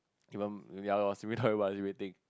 even ya lor simply tell her why is she waiting